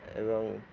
ଏବଂ